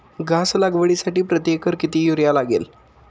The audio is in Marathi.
घास लागवडीसाठी प्रति एकर किती युरिया लागेल?